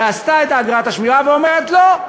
ועשתה את אגרת השמירה, ואומרת: לא,